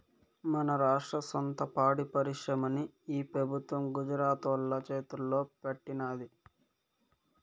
మన రాష్ట్ర సొంత పాడి పరిశ్రమని ఈ పెబుత్వం గుజరాతోల్ల చేతల్లో పెట్టినాది